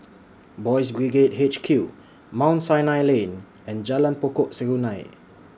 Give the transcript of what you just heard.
Boys' Brigade H Q Mount Sinai Lane and Jalan Pokok Serunai